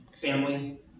family